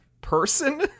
person